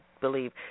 believe